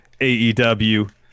AEW